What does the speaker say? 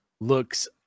looks